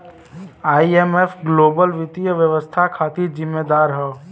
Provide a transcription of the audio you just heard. IMF global वित्तीय व्यवस्था खातिर जिम्मेदार हौ